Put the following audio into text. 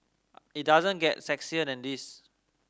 it doesn't get sexier than this